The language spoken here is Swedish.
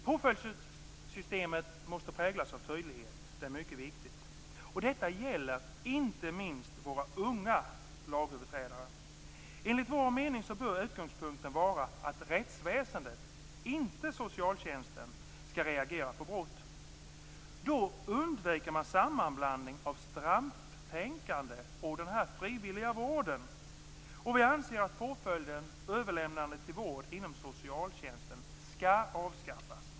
Påföljdssystemet måste präglas av tydlighet. Det är mycket viktigt. Detta gäller inte minst våra unga lagöverträdare. Enligt vår mening bör utgångspunkten vara att rättsväsendet, inte socialtjänsten, skall reagera på brott. Då undviker man sammanblandning av strafftänkandet och den här frivilliga vården. Vi anser att påföljden överlämnande till vård inom socialtjänsten skall avskaffas.